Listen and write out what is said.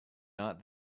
not